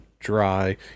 dry